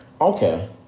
Okay